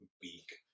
Beak